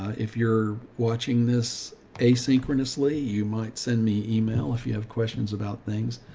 if you're watching this asynchronously, you might send me email. if you have questions about things,